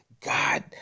God